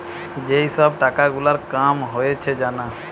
যেই সব টাকা গুলার কাম হয়েছে জানা